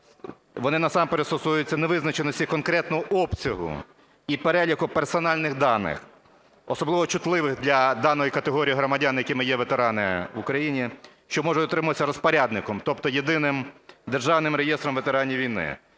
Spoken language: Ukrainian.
Вони, насамперед, стосуються невизначеності конкретно обсягу і переліку персональних даних особливо чутливих для даної категорії громадян, якими є ветерани в Україні, що може утримуватися розпорядником, тобто Єдиним державним реєстром ветеранів війни.